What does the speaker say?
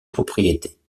propriétés